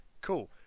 cool